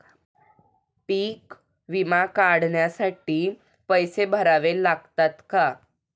पीक विमा काढण्यासाठी पैसे भरावे लागतात का?